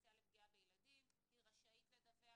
פוטנציאל לפגיעה בילדים היא רשאית לדווח,